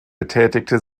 betätigte